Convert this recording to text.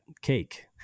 cake